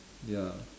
ya